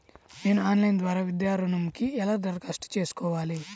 నేను ఆన్లైన్ ద్వారా విద్యా ఋణంకి ఎలా దరఖాస్తు చేసుకోవాలి?